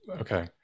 Okay